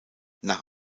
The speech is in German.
nach